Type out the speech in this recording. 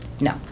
No